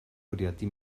bwriadu